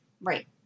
Right